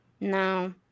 no